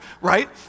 right